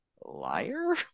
liar